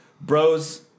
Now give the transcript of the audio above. Bros